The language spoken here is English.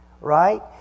Right